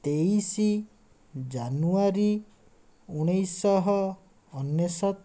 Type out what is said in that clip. ତେଇଶ ଜାନୁଆରୀ ଉଣେଇଶହ ଅନେଶ୍ୱତ